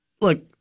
look